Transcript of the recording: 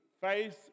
face